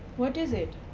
what is it